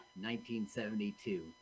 1972